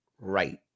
right